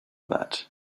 that